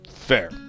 Fair